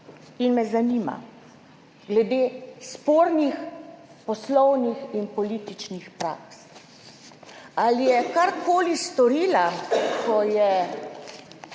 In me zanima, glede spornih poslovnih in političnih praks, ali je karkoli storila, ko je